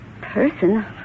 person